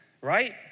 right